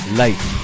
life